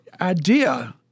idea